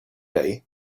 day